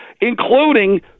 including